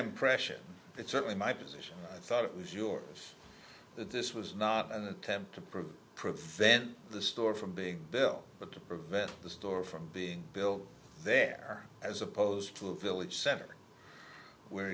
impression that certainly my position i thought it was yours that this was not an attempt to prove prevent the store from being built but to prevent the store from being built there as opposed to a village center where